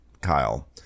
Kyle